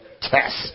test